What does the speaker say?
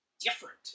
different